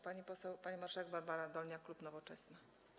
Pani poseł, pani marszałek Barbara Dolniak, klub Nowoczesna.